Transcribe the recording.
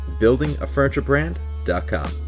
buildingafurniturebrand.com